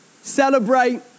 Celebrate